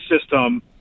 system